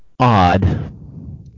odd